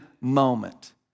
moment